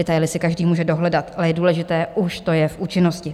Detaily si každý může dohledat, ale je důležité, už to je v účinnosti.